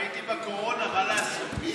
הייתי בקורונה, מה לעשות?